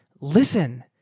listen